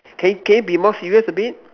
can you can you be more serious a bit